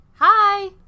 Hi